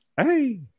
Hey